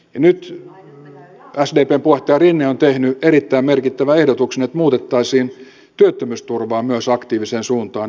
nyt sdpn puheenjohtaja rinne on tehnyt erittäin merkittävän ehdotuksen että muutettaisiin työttömyysturvaa myös aktiiviseen suuntaan